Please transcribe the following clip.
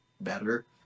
better